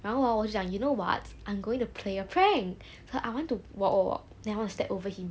然后 hor 我就讲 you know what I'm going to play a prank so I want to walk walk walk then I want to step over him